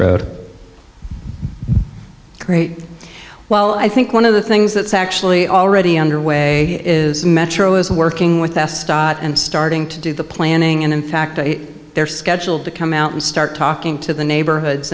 road well i think one of the things that's actually already underway is metro is working with us stott and starting to do the planning and in fact they're scheduled to come out and start talking to the neighborhoods